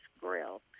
Grill